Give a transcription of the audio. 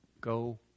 Go